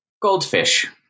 goldfish